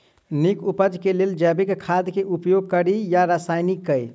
नीक उपज केँ लेल जैविक खाद केँ उपयोग कड़ी या रासायनिक केँ?